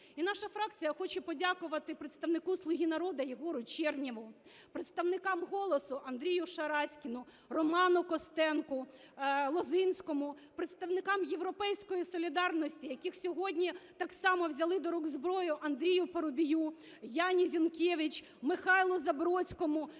І наша фракція хоче подякувати представнику "Слуги народу" Єгору Чернєву, представникам "Голосу" – Андрію Шараськіну, Роману Костенку, Лозинському. Представникам "Європейської солідарності", які сьогодні так само взяли до рук зброю, - Андрію Парубію, Яні Зінкевич, Михайлу Забродському,